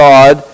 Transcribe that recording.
God